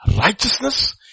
righteousness